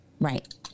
right